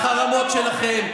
החרמות שלכם,